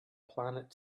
planet